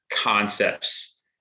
concepts